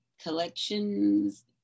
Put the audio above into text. Collections